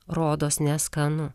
rodos neskanu